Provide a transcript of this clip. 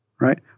right